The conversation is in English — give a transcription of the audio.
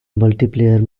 multiplayer